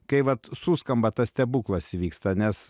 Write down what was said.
kai vat suskamba tas stebuklas įvyksta nes